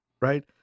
right